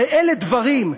הרי אלה דברים,